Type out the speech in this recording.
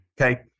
Okay